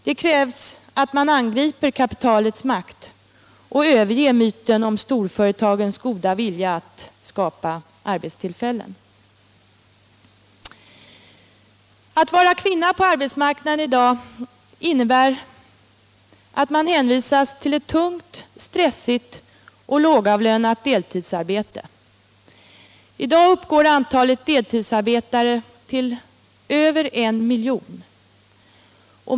Det krävs att man angriper kapitalets makt och överger myten om storföretagens goda vilja att skapa arbetstillfällen. Att vara kvinna på arbetsmarknaden i dag innebär att man hänvisas till ett tungt, stressigt och lågavlönat deltidsarbete. I dag uppgår antalet deltidsarbetande till över en miljon.